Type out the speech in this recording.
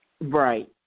Right